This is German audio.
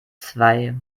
zwei